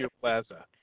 Plaza